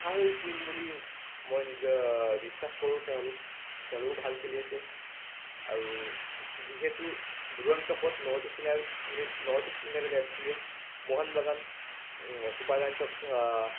ভাল টীম বুলি মই নিজৰ বিশ্বাস কৰোঁ তেওঁলোক তেওঁলোকো ভাল খেলি আছে আৰু যিহেতু দূৰাণ কাপত North East United North East United F চিয়ে মোহন বাগান ছুপাৰ জায়েঞ্চক